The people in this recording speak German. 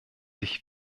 sich